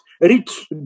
rich